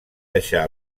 deixar